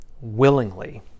willingly